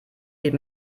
geht